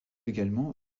également